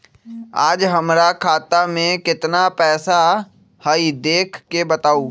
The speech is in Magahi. आज हमरा खाता में केतना पैसा हई देख के बताउ?